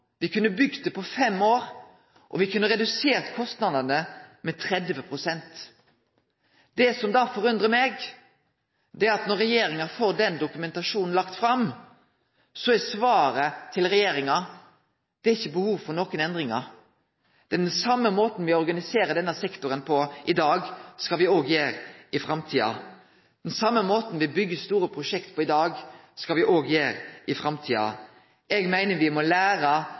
me kunne bygd det på fem år, og me kunne redusert kostnadene med 30 pst. Det som da forundrar meg, er at når regjeringa får den dokumentasjonen lagd fram, er svaret til regjeringa: Det er ikkje behov for nokon endringar. Den same måten me organiserer denne sektoren på i dag, skal me òg organisere han på i framtida. Den same måten me byggjer store prosjekt på i dag, skal me òg byggje dei på i framtida. Eg meiner me må